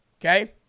okay